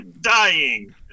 dying